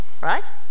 Right